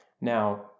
Now